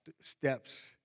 steps